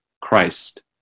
Christ